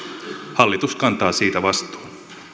hallitus kantaa siitä vastuun